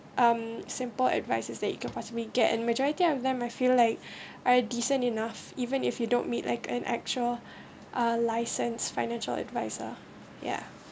um simple advice is that you can possibly get and majority of them I feel like I decent enough even if you don't meet like an actual uh license financial adviser ya